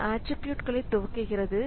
அது ஆட்ரிபியூட்களை துவக்குகிறது